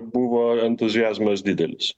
buvo entuziazmas didelis